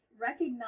recognize